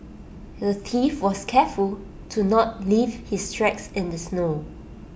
the thief was careful to not leave his tracks in the snow